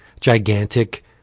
gigantic